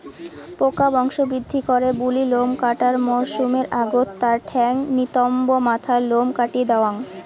পোকা বংশবৃদ্ধি করে বুলি লোম কাটার মরসুমের আগত তার ঠ্যাঙ, নিতম্ব, মাথার লোম কাটি দ্যাওয়াং